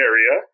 Area